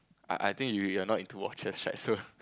I I think you you are not into watches right so